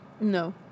no